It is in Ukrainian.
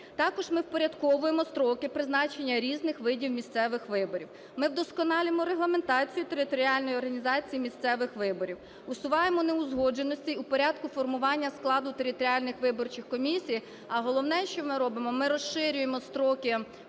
Також ми впорядковуємо строки призначення різних видів місцевих виборів. Ми вдосконалюємо регламентацію територіальної організації місцевих виборів. Усуваємо неузгодженості в порядку формування складу територіальних виборчих комісій, а головне, що ми робимо – ми розширюємо строки